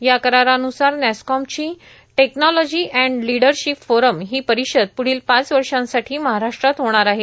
या करारान्सार नॅसकॉमची टेक्नोलॉजी अँड लीडरशिप फोरम ही परिषद प्ढील पाच वर्षासाठी महाराष्ट्रात होणार आहे